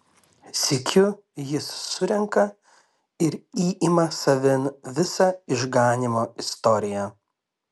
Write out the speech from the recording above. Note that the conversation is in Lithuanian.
sykiu jis surenka ir įima savin visą išganymo istoriją